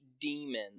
demon